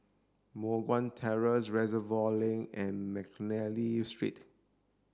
Moh Guan Terrace Reservoir Link and Mcnally Street